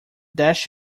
dash